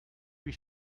lui